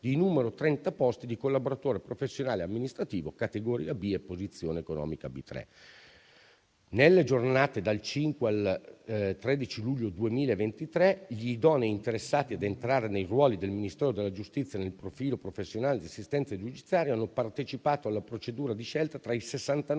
di 30 posti di collaboratore professionale amministrativo, categoria B, posizione economica B3. Nelle giornate dal 5 al 13 luglio 2023, gli idonei interessati a entrare nei ruoli del Ministero della giustizia nel profilo professionale di assistente giudiziario hanno partecipato alla procedura di scelta tra i 69